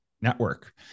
network